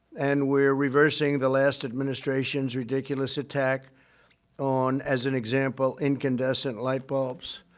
and we are reversing the last administration's ridiculous attack on, as an example, incandescent lightbulbs.